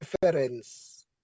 preference